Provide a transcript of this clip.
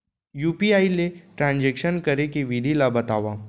UPI ले transaction करे के विधि ला बतावव?